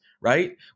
right